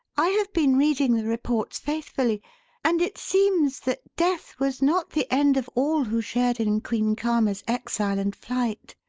i have been reading the reports faithfully and it seems that death was not the end of all who shared in queen karma's exile and flight.